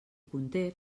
conté